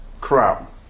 crap